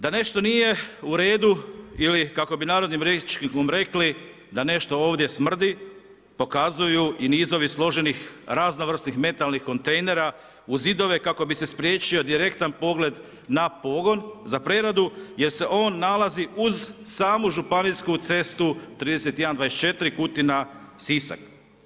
Da nešto nije u redu ili kako bi narodnim rječnikom rekli „da nešto ovdje smrdi“, pokazuju i nizovi složenih raznovrsnih metalnih kontejnera u zidove kako bi se spriječio direktan pogled na pogon za preradu jer se on nalazi uz samu Županijsku cestu 3124 Kutina-Sisak.